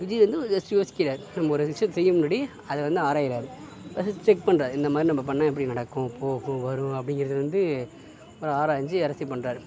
விஜய் வந்து ஒரு ஜஸ்ட்டு யோசிக்கிறார் நம்ம ஒரு விஷயத்தை செய்ய முன்னாடி அதை வந்து ஆராயறார் ஃபர்ஸ்ட் செக் பண்றார் இந்த மாதிரி நம்ம பண்ணால் எப்படி நடக்கும் போகும் வரும் அப்படிங்கிறத வந்து ஒரு ஆராய்ந்து அரசியல் பண்றார்